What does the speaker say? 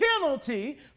penalty